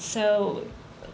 so